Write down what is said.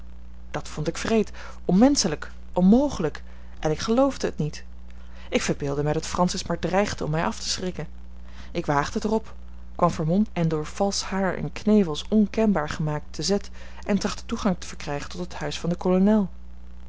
dat vond ik wreed onmenschelijk onmogelijk en ik geloofde het niet ik verbeeldde mij dat francis maar dreigde om mij af te schrikken ik waagde het er op kwam vermomd en door valsch haar en knevels onkenbaar gemaakt te z en trachtte toegang te verkrijgen tot het huis van den kolonel